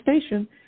station